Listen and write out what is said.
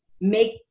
make